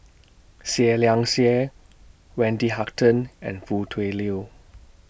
Seah Liang Seah Wendy Hutton and Foo Tui Liew